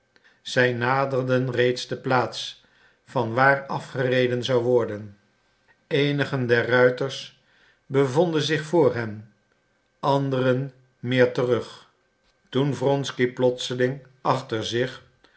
zij naderden reeds de plaats vanwaar afgereden zou worden eenigen der ruiters bevonden zich voor hen anderen meer terug toen wronsky plotseling achter zich